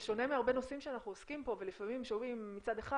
בשונה מהרבה נושאים שאנחנו עוסקים פה ולפעמים שומעים מצד אחד,